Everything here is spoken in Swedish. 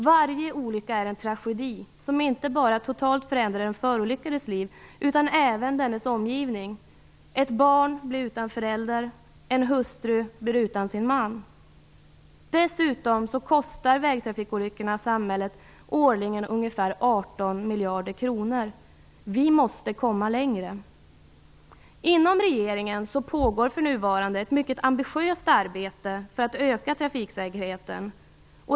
Varje olycka är en tragedi som inte bara totalt förändrar livet för den som är med om olyckan utan även för dennes omgivning. Ett barn blir utan förälder, en hustru blir utan sin man. Dessutom kostar vägtrafikolyckorna samhället årligen ca 18 miljarder kronor. Vi måste komma längre. Inom regeringen pågår för närvarande ett mycket ambitiöst arbete för att öka trakfiksäkerheten.